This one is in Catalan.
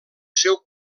seu